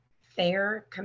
fair